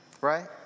right